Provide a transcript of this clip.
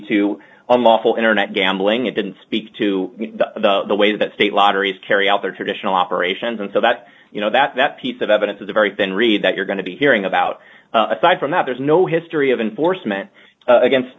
a lawful internet gambling and didn't speak to the way that state lotteries carry out their traditional operations and so that you know that that piece of evidence is a very thin reed that you're going to be hearing about aside from that there's no history of enforcement against